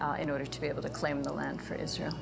off in order to be able to claim the land for israel